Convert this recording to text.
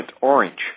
Orange